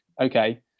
okay